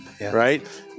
Right